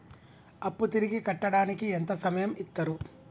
అప్పు తిరిగి కట్టడానికి ఎంత సమయం ఇత్తరు?